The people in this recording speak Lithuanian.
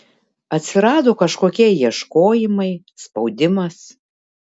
atsirado kažkokie ieškojimai spaudimas